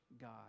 God